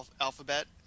alphabet